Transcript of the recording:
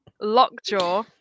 lockjaw